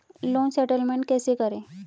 Loan settlement कैसे करें?